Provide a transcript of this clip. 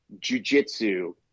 jujitsu